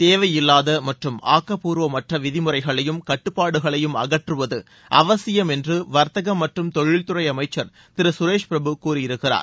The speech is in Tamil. தேவையில்லாத மற்றும் ஆக்கப்பூர்வமற்ற விதிமுறைகளையும் கட்டுப்பாடுகளையும் அகற்றுவது அவசியம் என்று வர்த்தகம் மற்றும் தொழில்துறை அமைச்சர் திரு சுரேஷ் பிரபு கூறியிருக்கிறார்